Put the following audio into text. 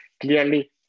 Clearly